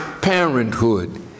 parenthood